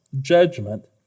judgment